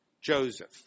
Joseph